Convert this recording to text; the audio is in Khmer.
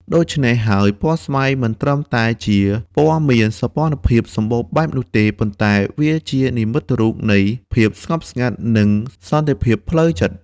ដូច្នះហើយពណ៌ស្វាយ មិនត្រឹមតែជាពណ៌មានសោភ័ណភាពសម្បូរបែបនោះទេ ប៉ុន្តែវាជានិមិត្តរូបនៃ ភាពស្ងប់ស្ងាត់និង សន្តិភាពផ្លូវចិត្ត។